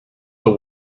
the